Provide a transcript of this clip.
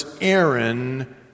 Aaron